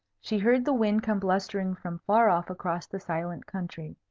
she heard the wind come blustering from far off across the silent country.